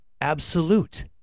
absolute